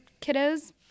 kiddos